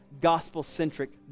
gospel-centric